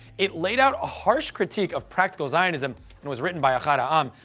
it laid out a harsh critique of practical zionism and was written by ahad ah um